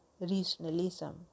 regionalism